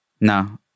No